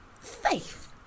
Faith